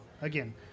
again